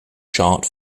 chart